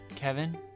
Kevin